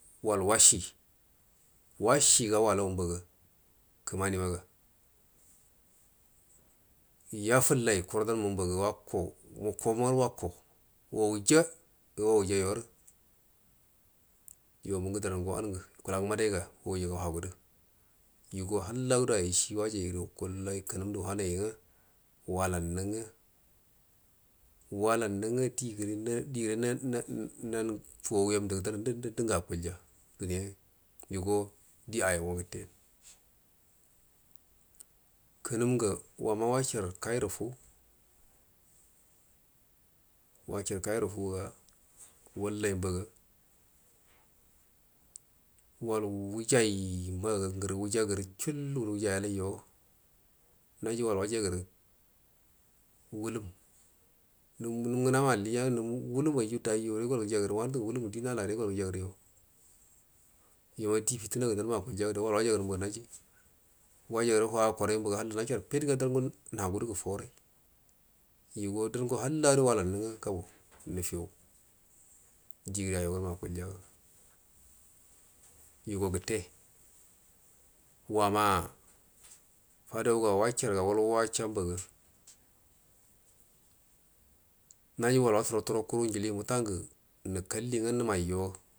Wal washi wasshiga walau mbaga kumani maga yafullai kuradanma mbaga wakko wukko maru wakko wawuja ga wawuja norə yo mungu dərango wanngə yukulagu mbudiga wajuga wahgudə yugo hallado ayishi wajoidu wukull kunum ndə wanai uga walanuə nga digre nanan-nan fowu yamdugu danjikəngə akulya duniya yugo di ayan gute kənum ga bama washarə kairə fu wacharə kairə dig a wallai mbaga wal wajai mbaga ngəru wujaguru chull du wajayolaijo naji wal wajaguru wulum num ngəhama alliga nga wulum ngə gol gəjaguru wulam ngə wanung di ndare gol gujagəru yo di fitinagu danma akulya do wal wajagara mbaga wajaguru wa kora mbaga hallə nacharə fitga dango nagudu gu fanrai dango halla walannuga gabau nufiu di ayan ganma akulyaga yugo gutte wama’a fadanga wacharga wal wuwacha mbaga mayi wal mataro turo kuru muta ujilingu ma kalli nga numaiyo.